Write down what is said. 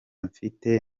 mfite